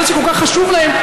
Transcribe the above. אלה שכל כך חשוב להם,